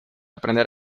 aprender